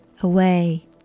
away